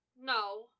No